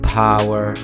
power